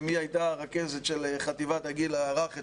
אמי הייתה הרכזת של חטיבת הגיל הרך אצלנו.